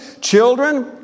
Children